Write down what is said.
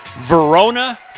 Verona